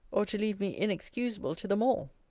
or to leave me inexcusable to them all?